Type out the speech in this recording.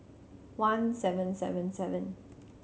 one seven seven seven